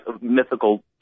mythical